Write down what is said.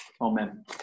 Amen